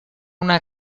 una